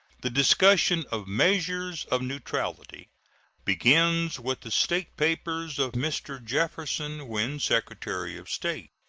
the discussion of measures of neutrality begins with the state papers of mr. jefferson when secretary of state.